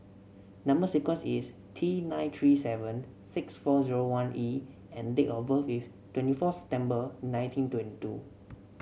number sequence is T nine three seven six four zero one E and date of birth is twenty fourth September nineteen twenty two